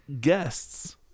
guests